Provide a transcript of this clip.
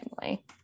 family